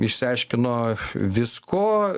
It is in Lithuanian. išsiaiškino visko